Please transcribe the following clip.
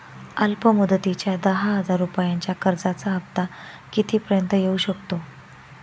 अल्प मुदतीच्या दहा हजार रुपयांच्या कर्जाचा हफ्ता किती पर्यंत येवू शकतो?